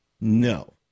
No